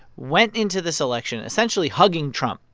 went into this election essentially hugging trump,